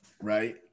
right